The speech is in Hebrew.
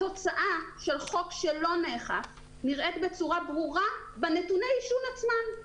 התוצאה של חוק שלא נאכף נראית בצורה ברורה בנתוני העישון עצמם.